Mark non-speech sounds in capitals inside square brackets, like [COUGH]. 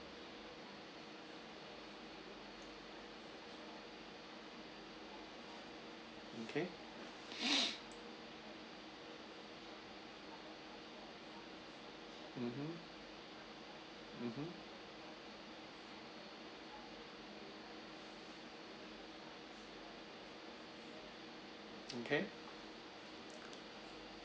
okay [NOISE] mmhmm mmhmm okay